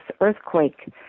earthquake